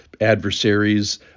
adversaries